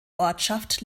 ortschaft